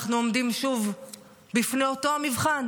אנחנו עומדים שוב בפני אותו המבחן,